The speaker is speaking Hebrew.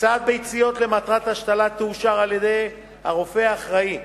הקצאת ביציות למטרת השתלה תאושר על-ידי הרופא האחראי,